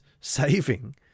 saving